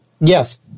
Yes